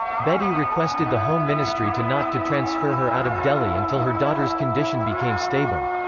bedi requested the home ministry to not to transfer her out of delhi until her daughter's condition became stable.